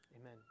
Amen